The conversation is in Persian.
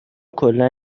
کلا